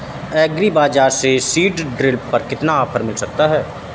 Agree बाजार से seed drill पर कितना ऑफर मिल सकता है?